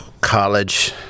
College